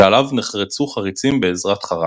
שעליו נחרצו חריצים בעזרת חרט.